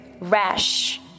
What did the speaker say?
rash